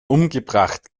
umgebracht